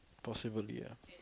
possibly ah